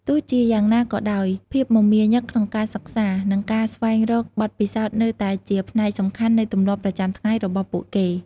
ទោះជាយ៉ាងណាក៏ដោយ ភាពមមាញឹកក្នុងការសិក្សា និងការស្វែងរកបទពិសោធន៍នៅតែជាផ្នែកសំខាន់នៃទម្លាប់ប្រចាំថ្ងៃរបស់ពួកគេ។